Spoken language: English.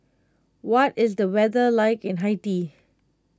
what is the weather like in Haiti